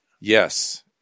Yes